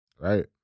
right